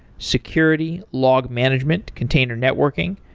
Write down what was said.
security, log management, container networking,